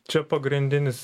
čia pagrindinis